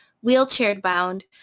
wheelchair-bound